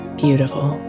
beautiful